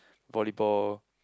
volleyball